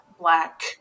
Black